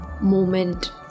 moment